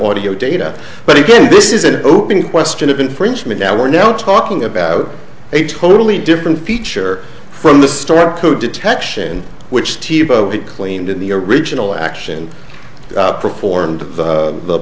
your data but again this is an open question of infringement now we're now talking about a totally different feature from the store code detection which tivo it cleaned in the original action performed the